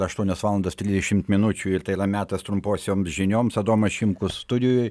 aštuonios valandos trisdešimt minučių ir tai yra metas trumposioms žinioms adomas šimkus studijoj